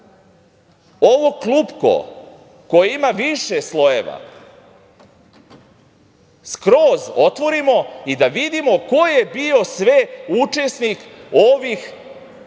ovo klupko koje ima više slojeva skroz otvorimo i da vidimo ko je bio sve učesnik ovih, ja